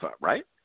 right